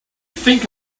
think